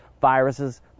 viruses